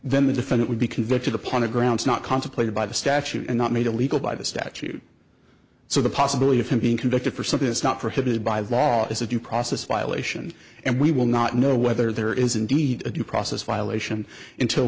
then the defendant would be convicted upon a grounds not contemplated by the statute and not made illegal by the statute so the possibility of him being convicted for something is not prohibited by law as a due process violation and we will not know whether there is indeed a due process violation until